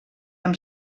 amb